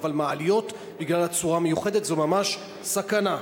אבל במעליות, בגלל הצורה המיוחדת, זו ממש סכנה.